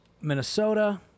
minnesota